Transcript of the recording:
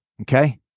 okay